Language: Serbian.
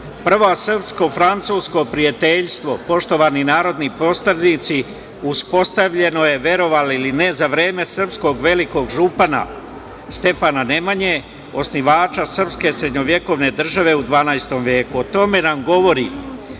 I.Prvo srpsko-francusko prijateljstvo, poštovani narodni poslanici, uspostavljeno je, verovali ili ne, za vreme srpskog velikog župana Stefana Nemanje, osnivača srpske srednjovekovne države u XII veku.